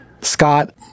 Scott